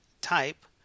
type